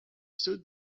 stood